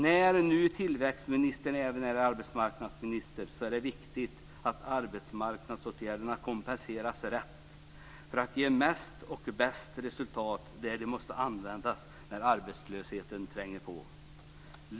När nu tillväxtministern även är arbetsmarknadsminister är det viktigt att arbetsmarknadsåtgärderna komponeras rätt för att ge mest och bäst resultat där de måste användas när arbetslösheten tränger på.